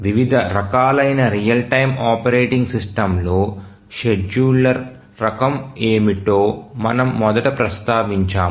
వివిధ రకాలైన real time operating system లో షెడ్యూలర్ రకం ఏమిటో మనం మొదట ప్రస్తావించాము